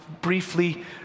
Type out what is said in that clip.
briefly